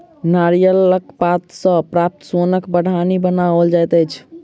नारियलक पात सॅ प्राप्त सोनक बाढ़नि बनाओल जाइत अछि